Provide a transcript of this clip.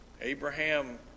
Abraham